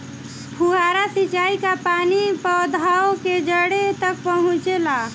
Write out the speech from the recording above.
फुहारा सिंचाई का पानी पौधवा के जड़े तक पहुचे ला?